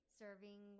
serving